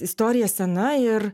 istorija sena ir